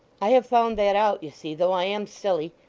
i have found that out, you see, though i am silly.